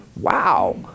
Wow